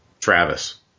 Travis